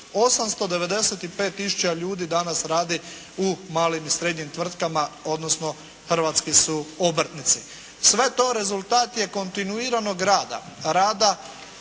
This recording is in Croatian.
895000 ljudi danas radi u malim i srednjim tvrtkama, odnosno hrvatski su obrtnici. Sve to je rezultat kontinuiranog rada,